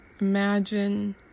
Imagine